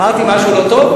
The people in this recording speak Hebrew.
אמרתי משהו לא טוב?